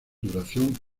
duración